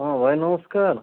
ହଁ ଭାଇ ନମସ୍କାର